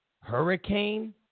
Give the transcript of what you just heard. hurricane